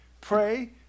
Pray